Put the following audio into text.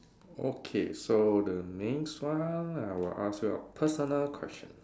okay so the next one I will ask you a personal question